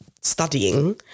studying